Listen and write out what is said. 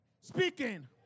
speaking